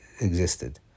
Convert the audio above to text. existed